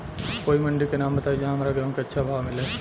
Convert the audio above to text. कोई मंडी के नाम बताई जहां हमरा गेहूं के अच्छा भाव मिले?